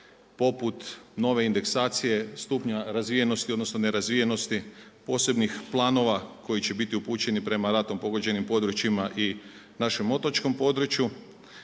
poput nove indeksacije, stupnja razvijenosti, odnosno nerazvijenosti, posebnih planova koji će biti upućeni prema ratom pogođenim područjima i našem otočkom području.